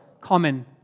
common